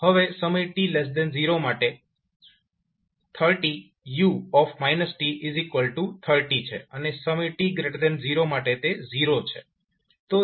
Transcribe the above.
હવે સમય t0 માટે 30 u30 છે અને સમય t0 માટે 0 છે